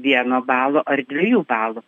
vieno balo ar dviejų balų